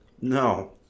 No